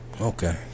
Okay